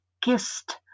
kissed